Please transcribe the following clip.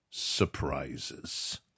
surprises